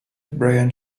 برایان